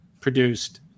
produced